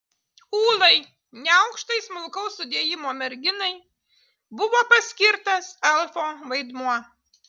ūlai neaukštai smulkaus sudėjimo merginai buvo paskirtas elfo vaidmuo